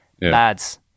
lads